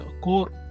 core